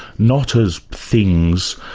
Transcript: not as things,